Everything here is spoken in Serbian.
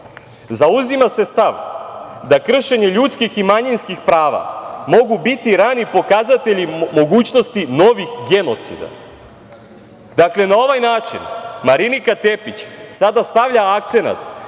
zauzima se stav da kršenje ljudskih i manjinskih prava mogu biti rani pokazatelji mogućnosti novih genocida. Dakle, na ovaj način Marinika Tepić sada stavlja akcenat